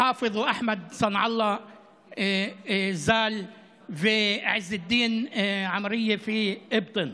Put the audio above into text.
חאפז ואחמד סנעאללה ז"ל ועז א-דין עמאריה מאבטין.